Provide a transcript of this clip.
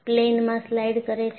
પ્લેનમાં સ્લાઇડિંગ કરે છે